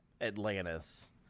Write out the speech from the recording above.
Atlantis